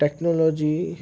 technology